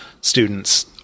students